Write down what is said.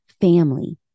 family